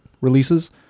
releases